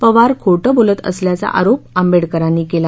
पवार खोटं बोलत असल्याचा आरोप आंबेडकरांनी केला